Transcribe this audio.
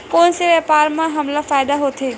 कोन से व्यापार म हमला फ़ायदा होथे?